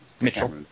Mitchell